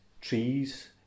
trees